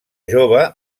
jove